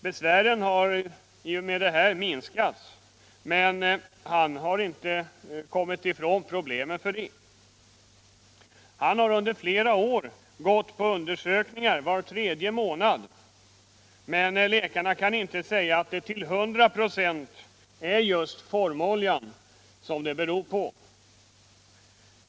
Besvären har i och med detta minskat, men han har inte kommit ifrån problemen för det. Han har under flera år gått på undersökningar var tredje månad, men läkaren kan inte säga att det till hundra procent är just formoljan skadorna beror på.